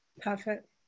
perfect